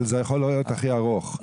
אבל זה יכול להיות הכי ארוך,